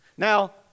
Now